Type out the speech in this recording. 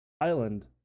island